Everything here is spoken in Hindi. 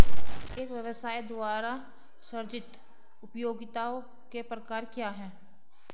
एक व्यवसाय द्वारा सृजित उपयोगिताओं के प्रकार क्या हैं?